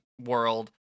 world